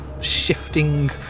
shifting